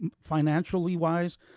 financially-wise